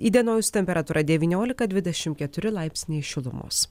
įdienojus temperatūra devyniolika dvidešim keturi laipsniai šilumos